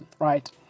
right